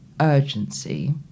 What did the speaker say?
urgency